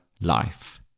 life